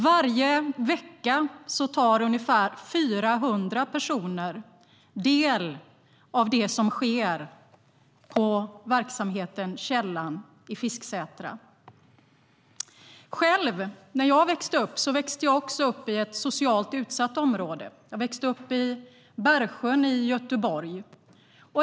Varje vecka tar ungefär 400 personer del av det som sker på verksamheten Källan i Fisksätra.Själv växte jag också upp i ett socialt utsatt område. Jag växte upp i Bergsjön i Göteborg.